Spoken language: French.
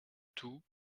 toux